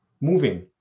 moving